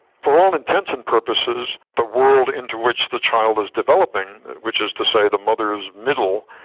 for all intents and purposes, the world into which the child is developing, which is to say the mother's middle,